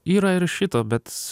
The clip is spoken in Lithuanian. yra ir šito bet